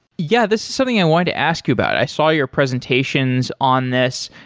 yeah. this is something i wanted to ask you about. i saw your presentations on this.